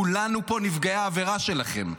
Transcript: כולנו פה נפגעי העבירה שלכם.